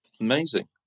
amazing